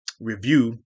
review